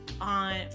on